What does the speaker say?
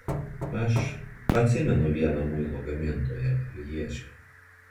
aš atsimenu vieną muilo gamintoją lježe